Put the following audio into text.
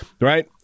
right